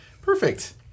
Perfect